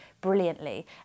brilliantly